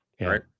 Right